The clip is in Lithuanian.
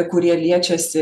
kurie liečiasi